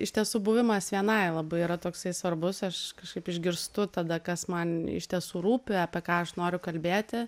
iš tiesų buvimas vienai labai yra toksai svarbus aš kažkaip išgirstu tada kas man iš tiesų rūpi apie ką aš noriu kalbėti